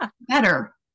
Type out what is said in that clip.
better